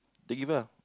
they give ah